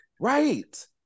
Right